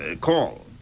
call